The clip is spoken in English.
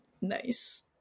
nice